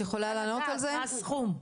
מה הסכום?